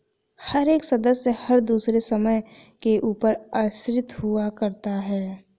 हर एक सदस्य हर दूसरे सदस्य के ऊपर आश्रित हुआ करता है